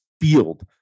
field